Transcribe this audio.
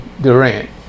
Durant